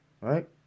Right